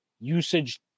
usage